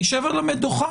אז נשב על המדוכה.